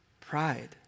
Pride